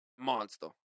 monster